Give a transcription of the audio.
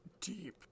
deep